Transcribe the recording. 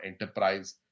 enterprise